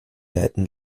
leiten